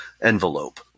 envelope